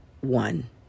one